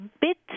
Bit